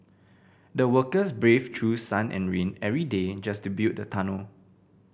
the workers braved through sun and rain every day just to build the tunnel